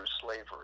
slavery